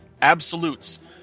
Absolutes